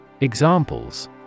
Examples